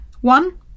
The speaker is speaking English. One